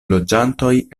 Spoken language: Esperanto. loĝantoj